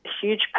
huge